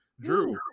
Drew